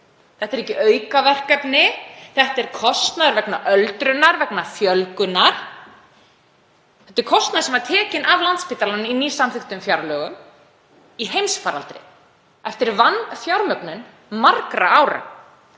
Þetta eru ekki aukaverkefni, þetta er kostnaður vegna öldrunar, vegna fjölgunar. Þetta er kostnaður sem var tekinn af Landspítalanum í nýsamþykktum fjárlögum, í heimsfaraldri, eftir vanfjármögnun margra ára.